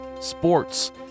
sports